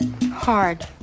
hard